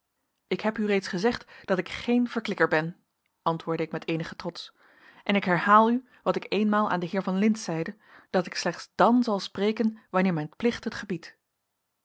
ik heb u reeds gezegd dat ik geen verklikker ben antwoordde ik met eenigen trots en ik herhaal u wat ik eenmaal aan den heer van lintz zeide dat ik slechts dan zal spreken wanneer mijn plicht het gebiedt